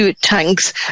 tanks